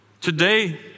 Today